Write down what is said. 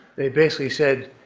they basically said,